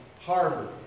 Harvard